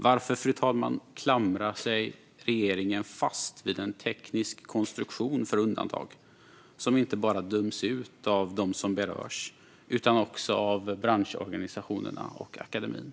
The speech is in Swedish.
Varför klamrar sig regeringen fast vid en teknisk konstruktion för undantag som inte bara döms ut av dem som berörs utan också av branschorganisationerna och akademien?